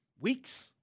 weeks